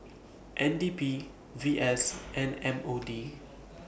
N D P V S and M O D